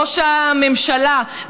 ראש ממשלה,